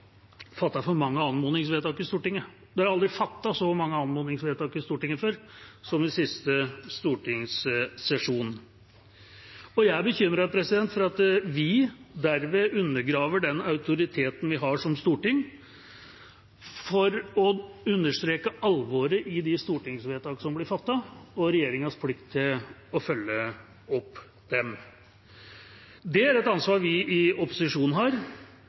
aldri fattet så mange anmodningsvedtak i Stortinget som i siste stortingssesjon. Jeg er bekymret for at vi derved undergraver den autoriteten vi har som storting for å understreke alvoret i de stortingsvedtakene som blir fattet, og regjeringas plikt til å følge dem opp. Det er et ansvar vi i opposisjonen har.